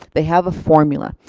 they have a formula.